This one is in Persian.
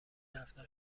رفتتم